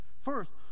First